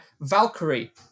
Valkyrie